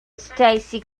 stacey